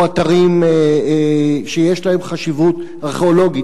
או אתרים שיש להם חשיבות ארכיאולוגית,